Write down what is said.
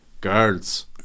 girls